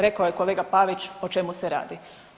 Rekao je kolega Pavić o čemu se radi.